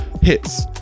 hits